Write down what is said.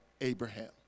Abraham